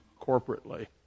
corporately